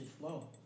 flow